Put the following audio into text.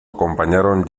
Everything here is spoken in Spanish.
acompañaron